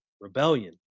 rebellion